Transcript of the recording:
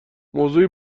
موضوعی